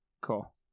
Cool